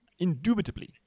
indubitably